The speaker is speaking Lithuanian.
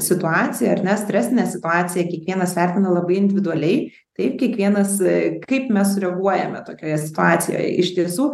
situaciją ar ne stresinę situaciją kiekvienas vertina labai individualiai kaip kiekvienas kaip mes reaguojame tokioje situacijoje iš tiesų